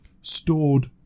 stored